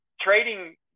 trading